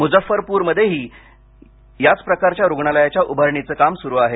मुजफ्फरपुरमधे ही याची प्रकारच्या रुग्णालयाच्या उभारणीच काम सुरु आहे